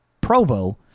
Provo